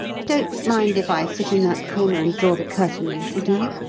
don't mind if i sit in that corner and draw the curtain a little, do you?